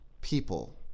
people